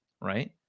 right